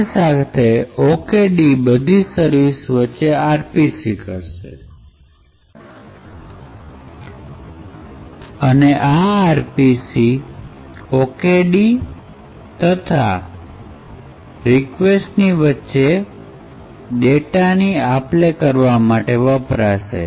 સાથે સાથે ઓકેડી અને બધી સર્વિસ વચ્ચે rpc છે અને આ આર પી સી ઓકેડી અને સર્વિસ વચ્ચે રિક્વેસ્ટ ની આપ લે કરવા માટે વપરાશે